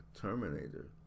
Terminator